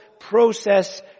process